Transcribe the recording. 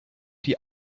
die